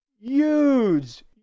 huge